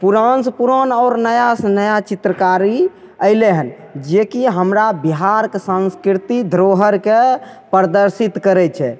पुरानसे पुरान आओर नयासे नया चित्रकारी अयलै हन जेकि हमरा बिहारके सांस्कृति धरोहरके प्रदर्शित करै छै